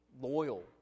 loyal